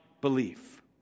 belief